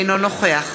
אינו נוכח